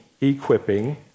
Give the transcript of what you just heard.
equipping